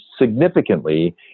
significantly